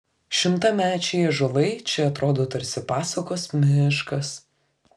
šimtamečiai ąžuolai čia atrodo tarsi pasakos miškas